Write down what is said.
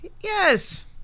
Yes